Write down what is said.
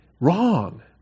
Wrong